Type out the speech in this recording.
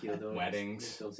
weddings